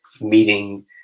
meeting